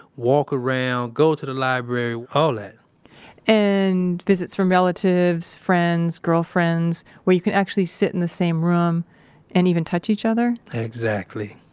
walk around, go to the library, all that and visits from relatives, friends, girlfriends where you can actually sit in the same room and even touch each other exactly